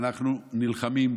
אנחנו נלחמים,